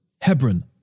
Hebron